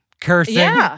cursing